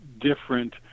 different